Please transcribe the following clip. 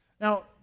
Now